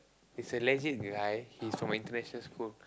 he's a lazy guy he's from a international school